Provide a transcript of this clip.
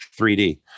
3D